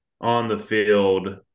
on-the-field